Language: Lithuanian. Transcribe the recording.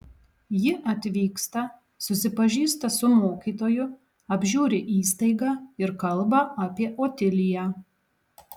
ji atvyksta susipažįsta su mokytoju apžiūri įstaigą ir kalba apie otiliją